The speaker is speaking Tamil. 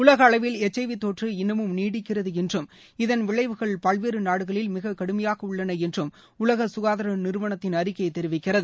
உலக அளவில் எச் ஐ வி தொற்று இன்னமும் நீடிக்கிறது என்றும் இதன் விளைவுகள் பல்வேறு நாடுகளில் மிகக்கடுமையாக உள்ளன என்றும் உலக சுகாதார நிறுவனத்தின் அறிக்கை தெரிவிக்கிறது